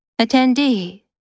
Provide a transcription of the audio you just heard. Attendee